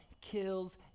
kills